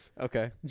Okay